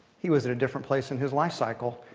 he was at a different place in his life cycle,